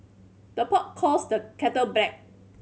the pot calls the kettle black